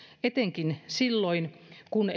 etenkin silloin kun